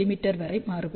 me வரை மாறுபடும்